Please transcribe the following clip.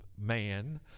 man